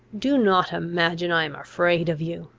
do not imagine i am afraid of you!